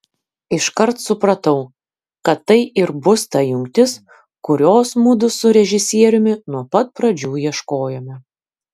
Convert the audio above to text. iškart supratau kad tai ir bus ta jungtis kurios mudu su režisieriumi nuo pat pradžių ieškojome